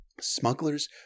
Smugglers